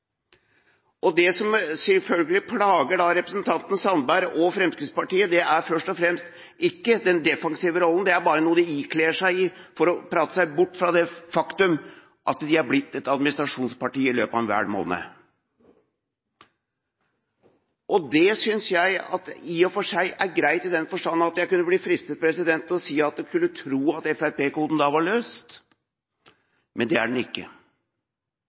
Fremskrittspartiet. Det som selvfølgelig plager representanten Sandberg og Fremskrittspartiet, er ikke først og fremst den defensive rollen – det er bare noe de ikler seg for å prate seg bort fra det faktum at de er blitt et administrasjonsparti i løpet av vel en måned – det synes jeg i og for seg er greit i den forstand at jeg kunne bli fristet til si at man skulle tro at fremskrittspartikoden da var løst, men det er den ikke.